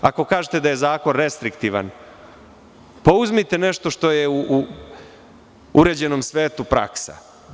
Ako kažete da je zakon restriktivan, uzmite nešto što je u uređenom svetu praksa.